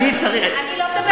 אני לא מדברת,